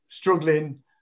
struggling